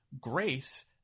Grace